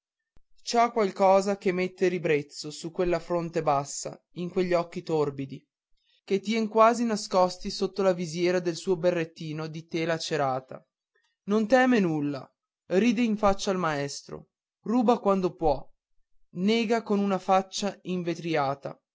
ha qualcosa che mette ribrezzo su quella fronte bassa in quegli occhi torbidi che tien quasi nascosti sotto la visiera del suo berrettino di tela cerata non teme nulla ride in faccia al maestro ruba quando può nega con una faccia invetriata